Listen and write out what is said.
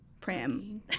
Pram